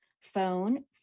phone